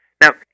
Now